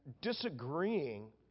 disagreeing